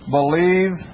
believe